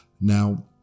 Now